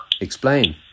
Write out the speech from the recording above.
Explain